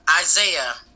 Isaiah